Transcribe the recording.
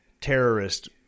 terrorist